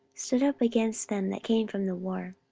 stood up against them that came from the war,